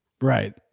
Right